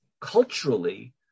culturally